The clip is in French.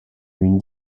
une